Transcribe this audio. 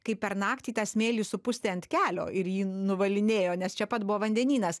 kai per naktį tą smėlį supustė ant kelio ir jį nuvalinėjo nes čia pat buvo vandenynas